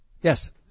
Yes